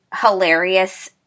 hilarious